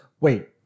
wait